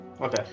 Okay